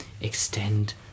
extend